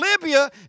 Libya